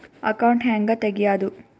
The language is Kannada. ಅಕೌಂಟ್ ಹ್ಯಾಂಗ ತೆಗ್ಯಾದು?